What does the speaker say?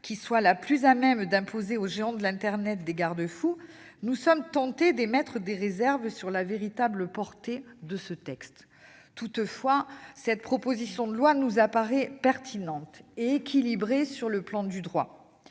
qui soit la plus à même d'imposer aux géants de l'internet des garde-fous, nous sommes tentés d'émettre des réserves sur-la portée véritable de ce texte. Toutefois, cette proposition de loi nous apparaît pertinente et équilibrée sur le plan du droit.